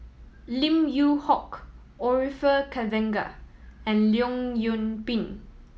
Lim Yew Hock Orfeur Cavenagh and Leong Yoon Pin